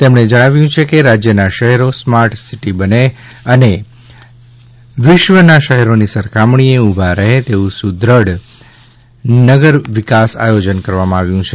તેમણે જણાવ્યું કે રાજ્યના શહેરો સ્માર્ટ સીટી બને અને વિશ્વના શહેરોની સરખામણીએ ઉભા રહે તેવું સુદ્રઢ નગર વિકાસ આયોજન કરવામાં આવ્યું છે